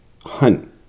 hunt